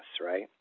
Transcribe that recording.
right